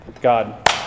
God